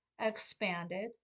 expanded